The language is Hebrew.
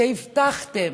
שהבטחתם,